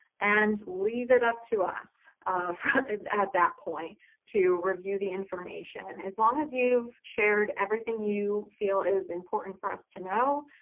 and leave it up to us at that point to review the information. as long as you've shared everything you feel is important for us to know,